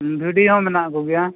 ᱵᱷᱤᱰᱤ ᱦᱚᱸ ᱢᱮᱱᱟᱜ ᱠᱚᱜᱮᱭᱟ